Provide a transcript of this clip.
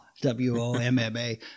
W-O-M-M-A